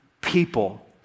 people